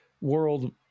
world